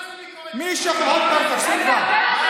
אז מה זה ביקורת, מי, עוד פעם, תפסיק כבר.